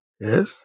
yes